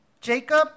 Jacob